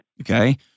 Okay